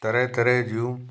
तरह तरह जूं